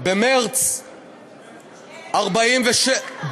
במרס 48'